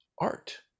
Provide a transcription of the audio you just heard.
art